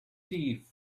thief